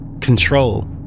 Control